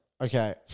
okay